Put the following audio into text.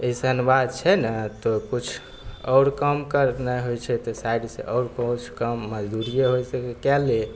अइसन बात छै ने तऽ किछु आओर काम करनाइ होइ छै तऽ साइडसे आओर किछु काम मजदुरिए हो सकै कै ले